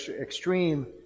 extreme